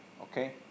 okay